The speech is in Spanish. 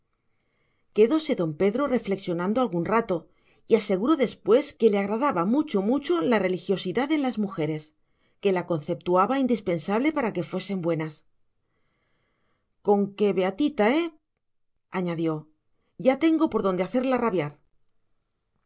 gente quedóse don pedro reflexionando algún rato y aseguró después que le agradaba mucho mucho la religiosidad en las mujeres que la conceptuaba indispensable para que fuesen buenas con que beatita eh añadió ya tengo por dónde hacerla rabiar